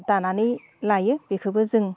दानानै लायो बेखौबो जों